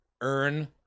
earn